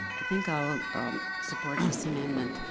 i think i'll support this amendment.